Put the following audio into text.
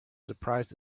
surprised